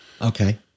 Okay